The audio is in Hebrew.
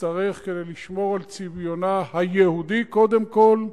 תצטרך כדי לשמור על צביונה, היהודי קודם כול,